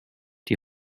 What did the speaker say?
die